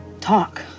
talk